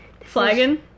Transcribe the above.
Flagon